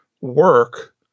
work